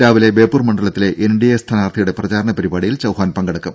രാവിലെ ബേപ്പൂർ മണ്ഡലത്തിലെ എൻഡിഎ സ്ഥാനാർത്ഥിയുടെ പ്രചാരണ പരിപാടിയിൽ ചൌഹാൻ പങ്കെടുക്കും